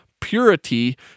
purity